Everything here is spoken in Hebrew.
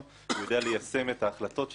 יודע ליישם את ההחלטות של רמ"י